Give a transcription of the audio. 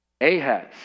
Ahaz